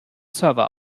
server